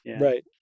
Right